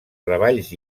treballs